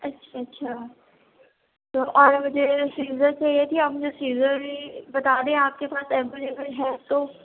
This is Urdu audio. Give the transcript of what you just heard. اچھا اچھا تو اور مجھے سیزر چاہیے تھی آپ مجھے سیزر بھی بتا دیں آپ کے پاس ایولیول ہے تو